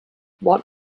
what